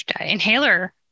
inhaler